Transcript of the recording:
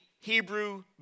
Hebrew